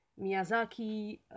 Miyazaki